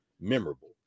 memorable